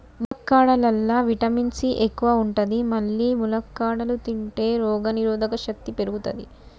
ములక్కాడలల్లా vitamin C ఎక్కువ ఉంటది మల్లి ములక్కాడలు తింటే రోగనిరోధక శక్తి పెరుగుతది